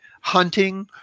hunting